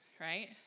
Right